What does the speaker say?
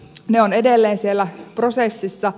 ne ovat edelleen prosessissa